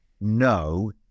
no